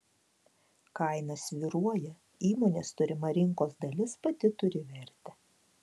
kaina svyruoja įmonės turima rinkos dalis pati turi vertę